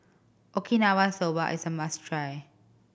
Okinawa Soba is a must try